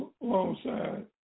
alongside